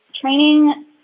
training